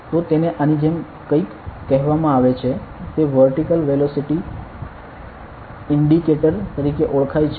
તો તેને આની જેમ કંઈક કહેવામાં આવે છે તે વર્ટીકલ વેલોસીટી ઇન્ડિકેટર તરીકે ઓળખાય છે